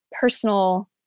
personal